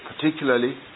particularly